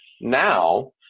Now